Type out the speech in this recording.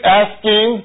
asking